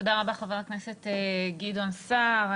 תודה רבה, חבר הכנסת גדעון סער.